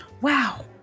Wow